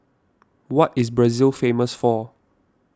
what is Brazil famous for